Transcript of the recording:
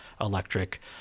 electric